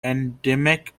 endemic